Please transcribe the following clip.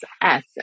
asset